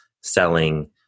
selling